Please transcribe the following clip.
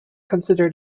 consider